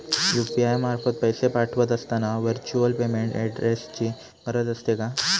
UPI मार्फत पैसे पाठवत असताना व्हर्च्युअल पेमेंट ऍड्रेसची गरज असते का?